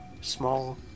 small